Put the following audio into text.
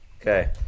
Okay